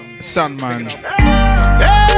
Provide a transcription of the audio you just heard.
Sandman